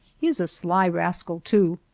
he is a sly rascal, too.